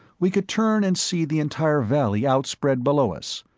we could turn and see the entire valley outspread below us.